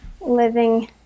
living